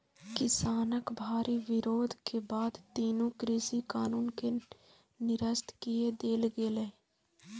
किसानक भारी विरोध के बाद तीनू कृषि कानून कें निरस्त कए देल गेलै